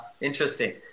interesting